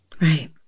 Right